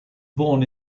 born